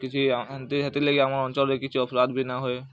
କିଛି ଏମିତି ସେଥିର୍ ଲାଗି ଆମ ଅଞ୍ଚଳରେ କିଛି ଅପରାଧ ବି ନା ହଏ